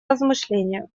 размышления